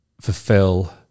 fulfill